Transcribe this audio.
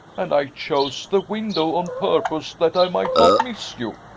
and i chose the window on purpose that i might not miss you.